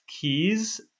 keys